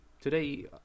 Today